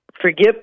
forgive